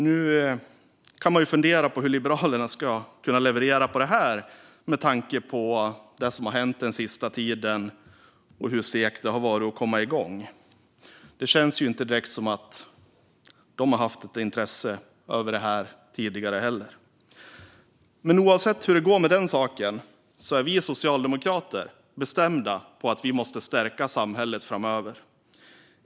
Nu kan man ju fundera på hur Liberalerna ska kunna leverera där med tanke på det som har hänt den senaste tiden och hur segt det har varit att komma igång. Det känns inte direkt som att Liberalerna har haft något intresse av det här tidigare heller. Men oavsett hur det går med den saken är vi socialdemokrater bestämda med att vi måste stärka samhället framöver.